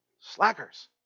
Slackers